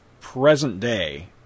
present-day